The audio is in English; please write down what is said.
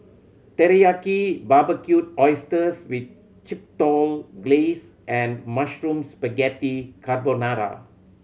Teriyaki Barbecued Oysters with Chipotle Glaze and Mushroom Spaghetti Carbonara